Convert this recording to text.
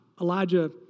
Elijah